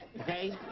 okay